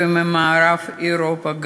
וגם ממערב אירופה.